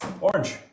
Orange